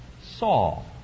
Saul